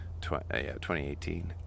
2018